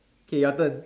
K your turn